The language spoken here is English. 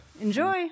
Enjoy